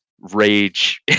rage